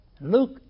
Luke